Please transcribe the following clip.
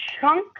chunk